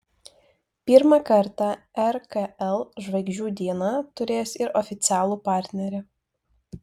pirmą kartą rkl žvaigždžių diena turės ir oficialų partnerį